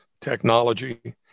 technology